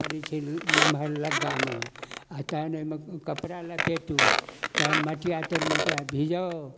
पड़ै छै नमहर लग्गामे आ तहन ओइमे कपड़ा लपेटू तहन मटिया तेलमे ओकरा भिजाउ